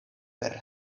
per